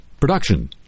production